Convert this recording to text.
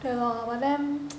对 lor then